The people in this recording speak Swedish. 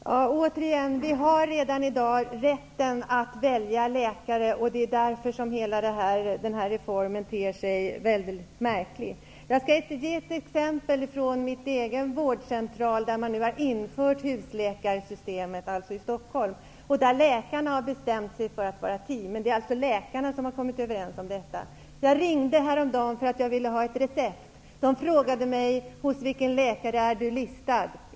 Herr talman! Återigen: vi har redan i dag rätten att välja läkare. Det är därför hela den här reformen ter sig väldigt märklig. Jag skall ge ett exempel från min egen vårdcentral, där man nu har infört husläkarsystemet, alltså i Stockholm. Där har läkarna bestämt sig för att vara ett team -- men det är läkarna som har kommit överens om detta. Jag ringde häromdagen för att jag ville ha ett recept. Man frågade mig: Hos vilken läkare är du listad?